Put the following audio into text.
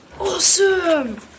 awesome